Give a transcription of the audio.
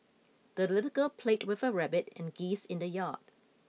the little girl played with her rabbit and geese in the yard